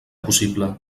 possible